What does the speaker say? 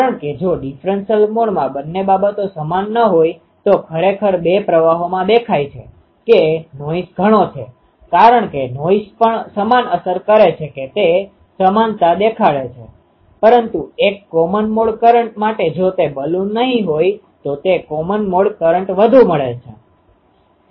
કારણ કે જો ડિફરન્સલ મોડમાં બંને બાબતો સમાન ન હોય તો ખરેખર બે પ્રવાહોમાં દેખાય છે કે નોઈસ ઘણો છે કારણ કે નોઈસ પણ સમાન અસર કરે છે કે તે સમાનતા દેખાડે છે પરંતુ એક કોમન મોડ કરંટ માટે જો તે બલૂન નહિ હોય તો તે એક કોમન મોડ કરંટ વધુ મળે છે